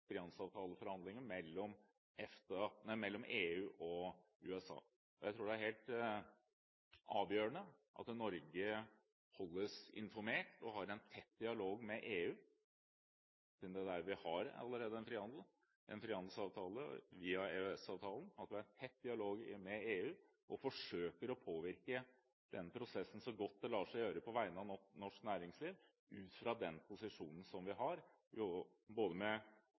mellom EU og USA. Jeg tror det er helt avgjørende at Norge holdes informert og har en tett dialog med EU siden det er der vi allerede har en frihandelsavtale via EØS-avtalen. Det er viktig at vi har en tett dialog med EU og forsøker å påvirke den prosessen så godt det lar seg gjøre på vegne av norsk næringsliv, og vi kan bruke politisk tyngde ut fra den posisjonen vi har innenfor EØS-avtalen. Som mange har